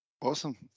Awesome